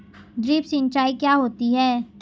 Drip सिंचाई क्या होती हैं?